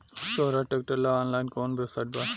सोहराज tractor ला online कोउन website बा?